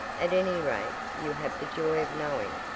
at any rate you have the joy of knowing,